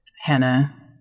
Hannah